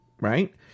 Right